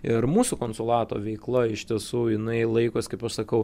ir mūsų konsulato veikla iš tiesų jinai laikos kaip aš sakau